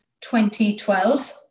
2012